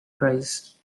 prize